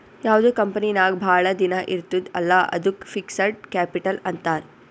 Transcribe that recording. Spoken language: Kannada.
ಯಾವ್ದು ಕಂಪನಿ ನಾಗ್ ಭಾಳ ದಿನ ಇರ್ತುದ್ ಅಲ್ಲಾ ಅದ್ದುಕ್ ಫಿಕ್ಸಡ್ ಕ್ಯಾಪಿಟಲ್ ಅಂತಾರ್